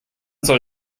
soll